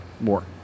more